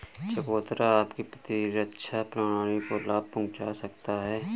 चकोतरा आपकी प्रतिरक्षा प्रणाली को लाभ पहुंचा सकता है